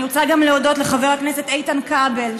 אני רוצה להודות גם לחבר הכנסת איתן כבל,